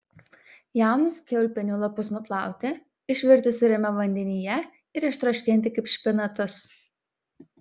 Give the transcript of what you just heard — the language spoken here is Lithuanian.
jaunus kiaulpienių lapus nuplauti išvirti sūriame vandenyje ir ištroškinti kaip špinatus